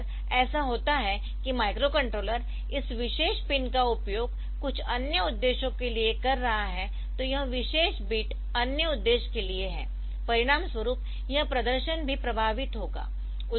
तो अगर ऐसा होता है कि माइक्रोकंट्रोलर इस विशेष पिन का उपयोग कुछ अन्य उद्देश्यों के लिए कर रहा है तो यह विशेष बिट अन्य उद्देश्य के लिए है परिणामस्वरूप यह प्रदर्शन भी प्रभावित होगा